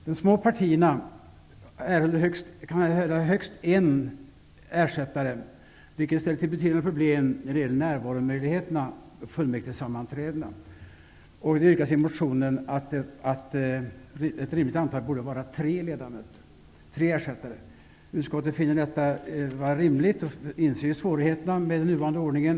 De små partierna kan erhålla högst en ersättare, vilket har ställt till betydande problem i fråga om närvaromöjligheterna på fullmäktigesammanträdena. Det yrkas i motionen att ett lämpligt antal är tre ersättare. Utskottet finner detta vara rimligt och inser svårigheterna med den nuvarande ordningen.